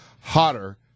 hotter